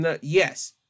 Yes